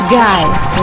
guys